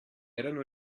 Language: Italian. erano